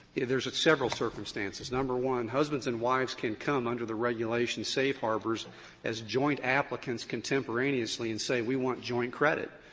there's several circumstances. number one, husbands and wives can come under the regulation safe harbors as joint applicants contemporaneously and say we want joint credit.